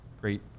great